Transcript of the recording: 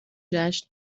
جشن